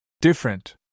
different